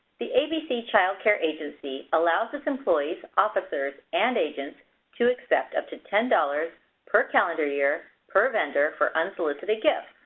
the abc child care agency allows its employees, officers, and agents to accept up to ten dollars per calendar year, per vendor, for unsolicited gifts.